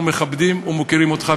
אנחנו מכבדים ומוקירים אותך,